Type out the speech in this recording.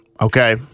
okay